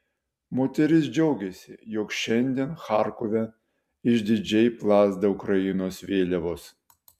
moteris džiaugiasi jog šiandien charkove išdidžiai plazda ukrainos vėliavos